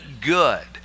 good